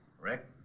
Rick